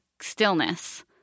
stillness